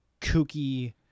kooky